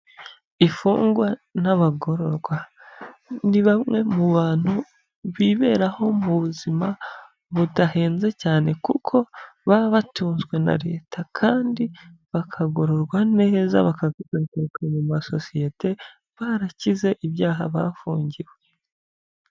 Imfungwa n'abagororwa ni bamwe mu bantu biberaho mu buzima budahenze cyane kuko baba batunzwe na Leta kandi bakagororwa neza bakazagaruka mu masosiyete barakize ibyaha bafungiwe.